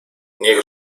niech